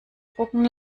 drucken